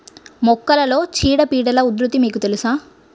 మొక్కలలో చీడపీడల ఉధృతి మీకు తెలుసా?